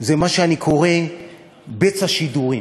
זה מה שאני קורא "בצע שידורי".